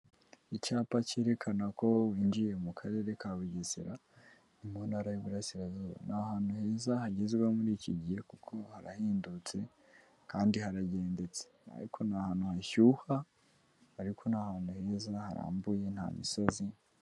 Icyapa cyerekana ko winjiye mu karere ka bugesera, mu ntara y'iburarasirazuba, ni ahantu heza hagezwe muri iki gihe kuko harahendundutse kandi haragendetse, ariko ni ahantu hashyuha, ariko ni ahantu heza harambuye nta misozi.